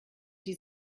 die